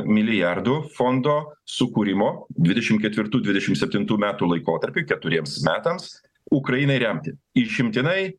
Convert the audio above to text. milijardų fondo sukūrimo dvidešim ketvirtų dvidešim septintų metų laikotarpiui keturiems metams ukrainai remti išimtinai